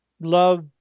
love